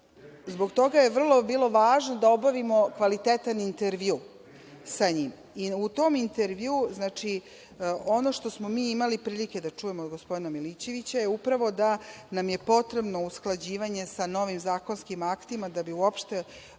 zbog toga je bilo vrlo važno da obavimo kvalitetan intervju sa njim i u tom intervjuu, ono što smo mi imali prilike da čujemo od gospodina Milićevića, je upravo da nam je potrebno usklađivanje sa novim zakonskim aktima, da bi uopšte